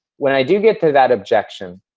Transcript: when i do get to that objection,